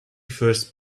first